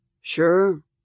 Sure